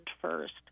first